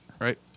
right